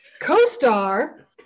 co-star